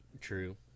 True